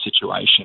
situation